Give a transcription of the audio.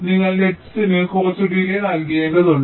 നിങ്ങൾ നെറ്റ്സിന് കുറച്ച് ഡിലെ നൽകേണ്ടതുണ്ട്